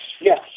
yes